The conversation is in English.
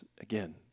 again